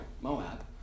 Moab